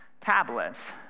tablets